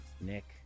Nick